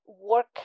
work